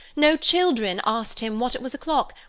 no children asked him what it was o'clock,